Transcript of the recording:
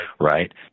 right